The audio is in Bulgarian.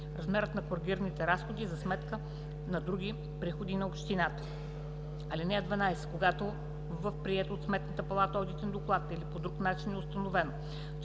Размерът на коригираните разходи е за сметка на други приходи на общината. (12) Когато в приет от Сметната палата одитен доклад или по друг начин е установено,